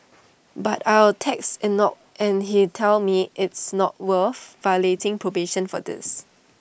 but I'll text Enoch and he'd tell me it's not worth violating probation for this